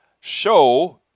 show